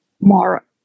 more